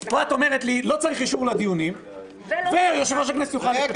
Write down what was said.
פה את אומרת לי: לא צריך אישור לדיונים ויושב-ראש יוכל --- לא,